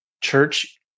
church